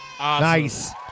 Nice